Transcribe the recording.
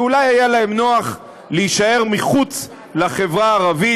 שאולי היה להן נוח להישאר מחוץ לחברה הערבית,